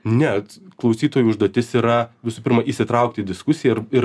ne klausytojų užduotis yra visų pirma įsitraukti į diskusiją ir ir